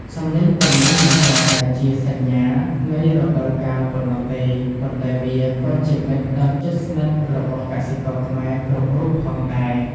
សំឡេងទាំងនេះមិនត្រឹមតែជាសញ្ញានៃរដូវកាលប៉ុណ្ណោះទេ ប៉ុន្តែវាក៏ជាមិត្តដ៏ជិតស្និទ្ធរបស់កសិករខ្មែរគ្រប់រូបផងដែរ។